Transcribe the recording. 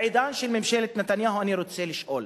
בעידן של ממשלת נתניהו, אני רוצה לשאול,